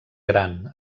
gran